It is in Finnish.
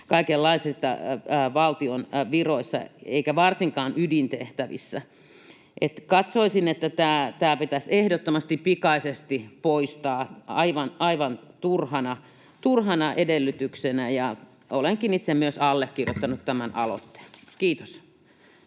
kaikenlaisissa valtion viroissa, eikä varsinkaan ydintehtävissä. Katsoisin, että tämä pitäisi ehdottomasti pikaisesti poistaa aivan turhana edellytyksenä, ja olenkin myös itse allekirjoittanut tämän aloitteen. — Kiitos.